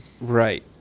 Right